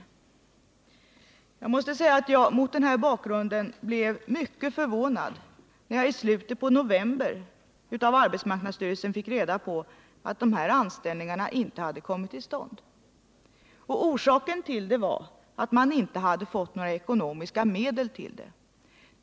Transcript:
Nr 52 Jag måste säga att jag mot den bakgrunden blev mycket förvånad när jag i slutet på november av arbetsmarknadsstyrelsen fick reda på att anställningarna inte hade kommit till stånd. Orsaken till detta var att man inte hade fått några ekonomiska medel till dem.